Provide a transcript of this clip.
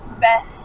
Beth